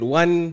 one